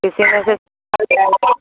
کسی میں سے